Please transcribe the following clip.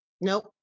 Nope